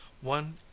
one